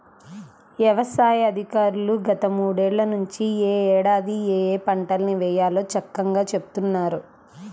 యవసాయ అధికారులు గత మూడేళ్ళ నుంచి యే ఏడాది ఏయే పంటల్ని వేయాలో చక్కంగా చెబుతున్నారు